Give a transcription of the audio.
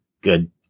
good